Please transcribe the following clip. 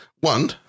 One